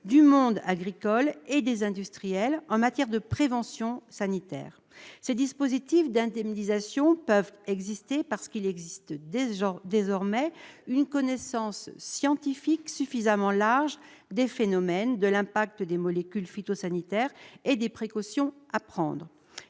du monde agricole et des industriels en matière de prévention sanitaire. Si de tels dispositifs d'indemnisation peuvent être mis en place, c'est parce qu'il existe désormais une connaissance scientifique suffisamment large des phénomènes, de l'impact des molécules phytosanitaires et des précautions à prendre.